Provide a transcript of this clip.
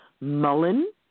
Mullen